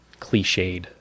cliched